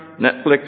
Netflix